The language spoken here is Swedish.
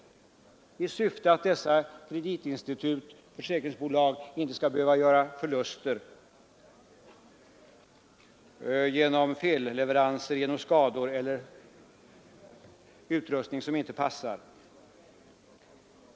Syftet är att dessa kreditinstitut och försäkringsbolag inte skall behöva göra förluster på grund av felleveranser, skador eller utrustning som inte passar.